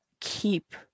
keep